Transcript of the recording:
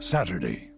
Saturday